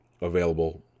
available